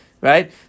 right